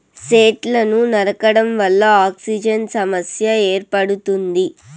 సెట్లను నరకడం వల్ల ఆక్సిజన్ సమస్య ఏర్పడుతుంది